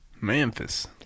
Memphis